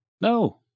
No